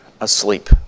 asleep